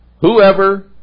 whoever